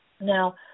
Now